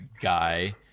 guy